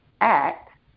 act